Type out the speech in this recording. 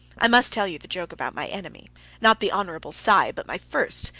i must tell you the joke about my enemy not the hon. cy, but my first,